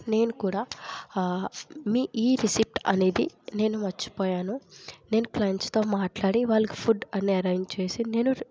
నేను కూడా మీ ఈ రిసిప్ట్ అనేది నేను మర్చిపోయాను నేను క్లయింట్స్తో మాట్లాడి వాళ్ళకి ఫుడ్ అన్నీ నేను అరెంజ్ చేసి నేను